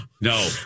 No